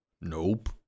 nope